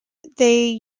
they